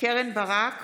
קרן ברק,